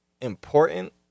important